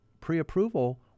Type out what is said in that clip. pre-approval